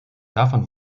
davon